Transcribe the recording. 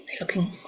looking